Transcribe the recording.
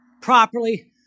properly